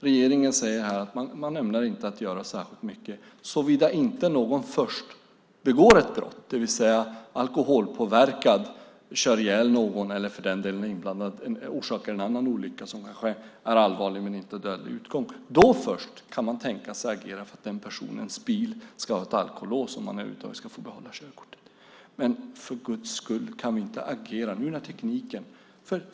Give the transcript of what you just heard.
Regeringen säger att man inte ämnar göra särskilt mycket, såvida inte någon först begår ett brott, det vill säga alkoholpåverkad kör ihjäl någon eller orsakar en annan olycka som kanske är allvarlig men inte har dödlig utgång. Då först kan man tänka sig att agera för att den personens bil ska ha ett alkolås om han över huvud taget ska få behålla körkortet. Men vi kan väl för guds skull agera när vi har tekniken!